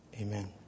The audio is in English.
amen